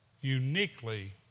uniquely